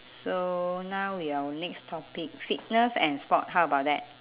so now we are our next topic fitness and sport how about that